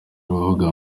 aravuga